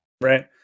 Right